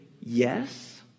yes